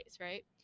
right